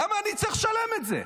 למה אני צריך לשלם את זה,